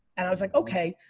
and i was like okay.